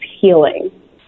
healing